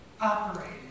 operating